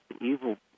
evil